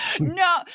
No